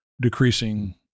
decreasing